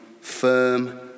firm